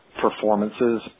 performances